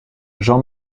jean